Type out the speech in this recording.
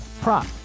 prop